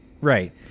Right